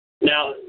Now